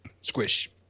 Squish